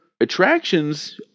attractions